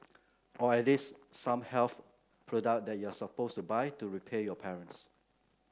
or at least some health product that you're supposed to buy to repay your parents